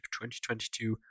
2022